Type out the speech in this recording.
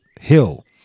hill